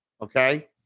okay